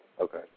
Okay